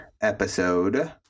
episode